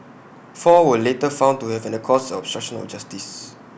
four were later found to have an caused obstruction of justice